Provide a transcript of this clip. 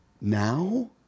Now